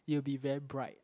it will be very bright